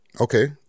Okay